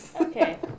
Okay